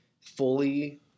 fully